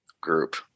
group